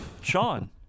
Sean